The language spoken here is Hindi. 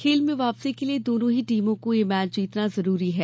खेल में वापसी के लिए दोनों ही टीमों को यह मैच जीतना जरूरी है